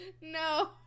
no